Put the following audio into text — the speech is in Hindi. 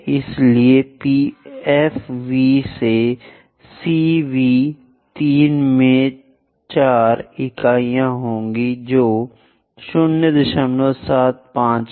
इसलिए F V से C V 3 में 4 इकाइयाँ होंगी जो 075 हैं